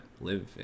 live